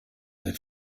seid